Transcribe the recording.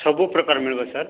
ସବୁ ପ୍ରକାର ମିଳିବ ସାର୍